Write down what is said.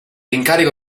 incarico